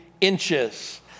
inches